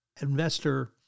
investor